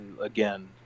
again